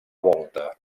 volta